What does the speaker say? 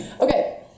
okay